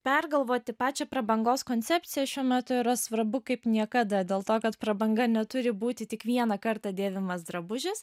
pergalvoti pačią prabangos koncepciją šiuo metu yra svarbu kaip niekada dėl to kad prabanga neturi būti tik vieną kartą dėvimas drabužis